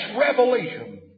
revelation